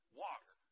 water